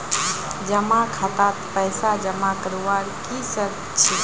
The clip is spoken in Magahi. जमा खातात पैसा जमा करवार की शर्त छे?